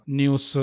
news